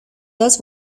dos